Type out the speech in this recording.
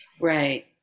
Right